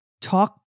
Talk